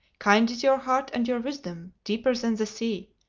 kind is your heart and your wisdom, deeper than the sea.